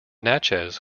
natchez